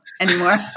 anymore